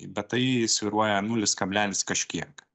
bet tai svyruoja nulis kablelis kažkiek